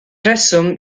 rheswm